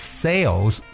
sales